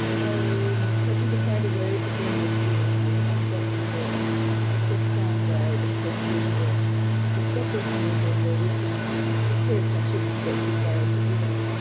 i am hoping to find a way to bring this do no harm concept and ah a quick soundbite a quick visual to get this moving, where we can just pay attention but to what's required to do that.